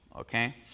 okay